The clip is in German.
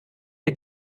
der